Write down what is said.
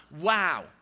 Wow